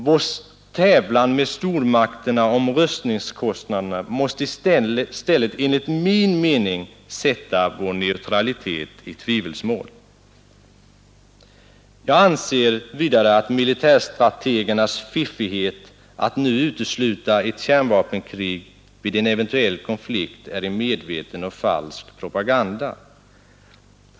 Vår tävlan med stormakterna om rustningskostnaderna måste i stället enligt min mening sätta vår neutralitet i tvivelsmål. Jag anser vidare att militärstrategernas ”fiffighet” att nu utesluta möjligheten av ett kärnvapenkrig vid en eventuell konflikt är en medveten och falsk propaganda.